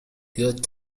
good